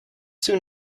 soon